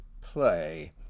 play